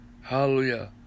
Hallelujah